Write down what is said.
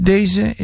Deze